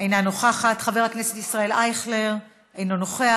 אינה נוכחת, חבר הכנסת ישראל אייכלר, אינו נוכח.